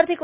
आर्थिक